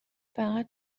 فقط